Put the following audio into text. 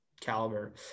caliber